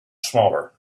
smaller